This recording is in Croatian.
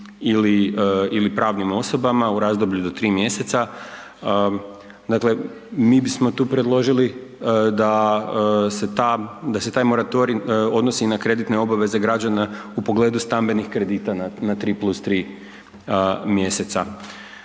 ili pravnim osobama u razdoblju do 3 mjeseca, dakle mi bismo tu predložili da se ta, da se taj moratorij odnosi i na kreditne obaveze građana u pogledu stambenih kredita na 3 + 3 mjeseca.